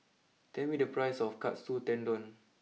tell me the price of Katsu Tendon